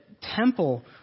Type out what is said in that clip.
temple